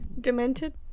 demented